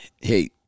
hey